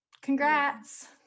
congrats